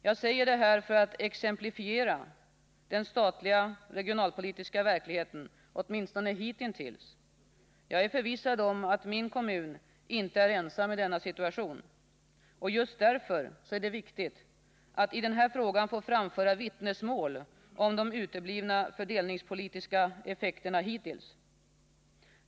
Jag säger detta för att exemplifiera den statliga regionalpolitiska verklig heten, åtminstone hitintills. Jag är förvissad om att min kommun inte är ensam i denna situation. Just därför är det viktigt att i den här frågan få framföra vittnesmål om de uteblivna fördelningspolitiska effekterna hittills.